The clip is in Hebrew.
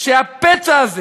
שהפצע הזה